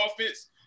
offense